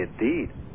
Indeed